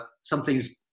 something's